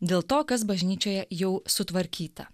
dėl to kas bažnyčioje jau sutvarkyta